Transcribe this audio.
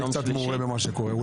אני קצת מעורה במה שקורה.